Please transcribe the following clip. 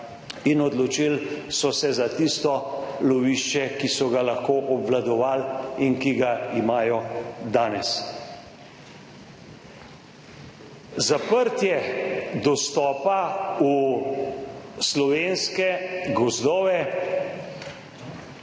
in odločili so se za tisto lovišče, ki so ga lahko obvladovali in ki ga imajo danes. Zaprtje dostopa v slovenske gozdove